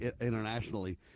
internationally